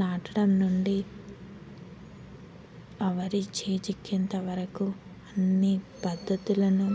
నాటడం నుండి ఆ వరి చేజికేంత వరకు అన్నీ పద్ధతులను